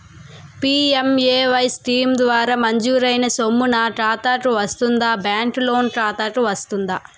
PMAY scheme ద్వారా మంజూరైన సొమ్ము నా ఖాతా కు వస్తుందాబ్యాంకు లోన్ ఖాతాకు వస్తుందా?